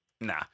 Nah